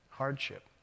Hardship